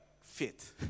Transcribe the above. fit